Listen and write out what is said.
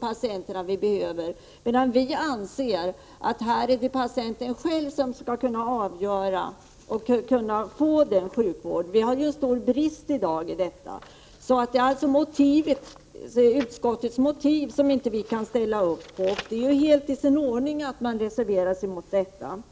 patienterna behöver, medan vi anser att det är patienten själv som skall avgöra detta. Det råder i dag stor brist på psykoterapeuter. Det är alltså utskottets motivering vi inte kan ställa oss bakom, och det är helt i sin ordning att reservera sig härvidlag.